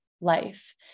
life